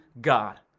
God